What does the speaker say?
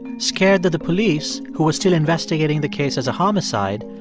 scared that the police, who were still investigating the case as a homicide,